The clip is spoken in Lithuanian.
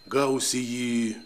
gausi jį